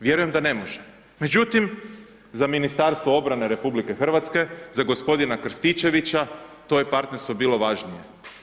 Vjerujem da ne može međutim za Ministarstvo obrane RH, za g. Krstičevića, to je partnerstvo bilo važnije.